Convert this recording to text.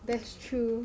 that's true